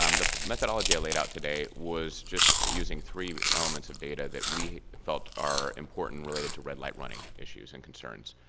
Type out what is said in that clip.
um the methodology i laid out today was just using three elements of data that we felt are important related to red light running issues and concerns.